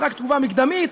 אז רק תגובה מקדמית.